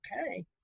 okay